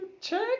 check